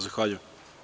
Zahvaljujem.